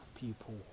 people